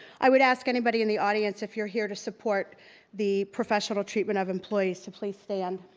i would ask anybody in the audience, if you're here to support the professional treatment of employees to please stand.